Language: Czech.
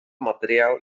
materiál